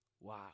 Wow